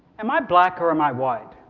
am i black or am i white?